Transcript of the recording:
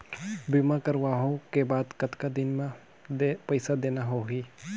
बीमा करवाओ के बाद कतना दिन मे पइसा देना हो ही?